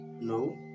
no